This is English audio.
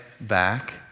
back